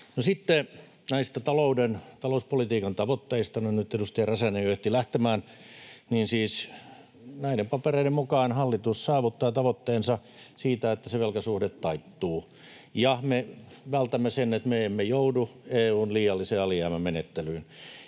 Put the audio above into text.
sitten näistä talouspolitiikan tavoitteista — no nyt edustaja Räsänen jo ehti lähtemään: Siis näiden papereiden mukaan hallitus saavuttaa tavoitteensa siitä, että se velkasuhde taittuu. Ja me vältämme sen, että me emme joudu EU:n liiallisen alijäämän menettelyyn.